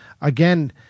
again